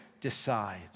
decide